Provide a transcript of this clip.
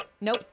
nope